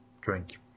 drink